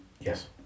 Yes